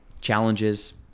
challenges